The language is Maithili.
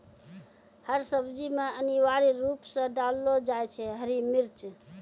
हर सब्जी मॅ अनिवार्य रूप सॅ डाललो जाय छै हरी मिर्च